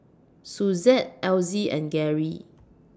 Suzette Elzy and Gary